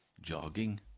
jogging